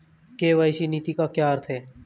KYC नीति का क्या अर्थ है?